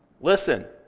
Listen